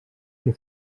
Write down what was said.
que